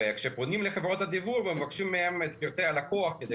כשפונים לחברות הדיוור ומבקשים מהם את פרטי הלקוח כדי